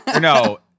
No